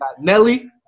Nelly